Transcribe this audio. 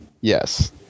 Yes